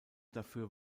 dafür